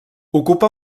ocupa